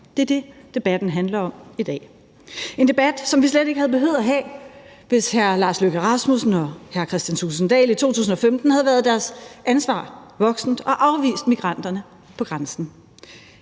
Det er det, debatten handler om i dag. Det er en debat, som vi slet ikke havde behøvet at have, hvis hr. Lars Løkke Rasmussen og hr. Kristian Thulesen Dahl i 2015 havde været deres ansvar voksent og afvist migranterne på grænsen.